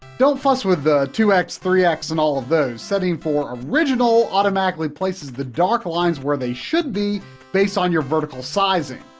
don't fuss with two x, three x, and all those. setting for original automatically places the dark lines where they should be based on your vertical sizing.